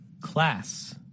class